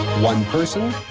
one person,